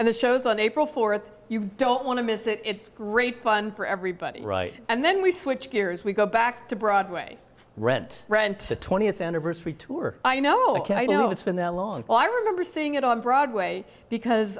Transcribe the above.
and the show's on april fourth you don't want to miss it it's great fun for everybody right and then we switch gears we go back to broadway rent rent the twentieth anniversary tour i know ok you know it's been that long i remember seeing it on broadway because